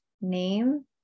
name